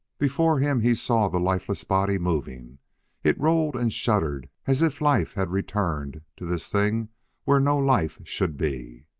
before him he saw the lifeless body moving it rolled and shuddered as if life had returned to this thing where no life should be.